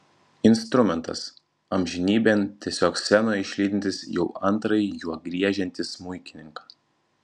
instrumentas amžinybėn tiesiog scenoje išlydintis jau antrąjį juo griežiantį smuikininką